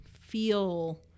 feel